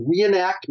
reenactment